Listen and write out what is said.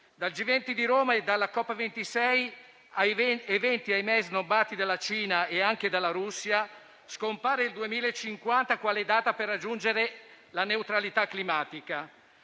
Dal G20 di Roma e dalla COP26, eventi - ahimè - snobbati dalla Cina e anche dalla Russia, scompare il 2050 quale data per raggiungere la neutralità climatica.